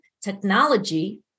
Technology